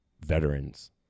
veterans